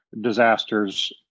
disasters